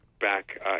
back